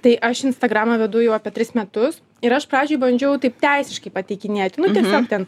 tai aš instagramą vedu jau apie tris metus ir aš pradžioj bandžiau taip teisiškai pateikinėti nu tiesiog ten